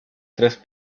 tres